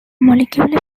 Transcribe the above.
molecular